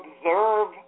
observe